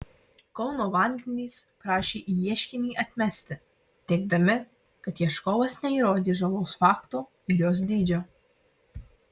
kauno vandenys prašė ieškinį atmesti teigdami kad ieškovas neįrodė žalos fakto ir jos dydžio